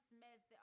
Smith